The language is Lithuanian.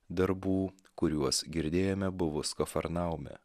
darbų kuriuos girdėjome buvus kafarnaume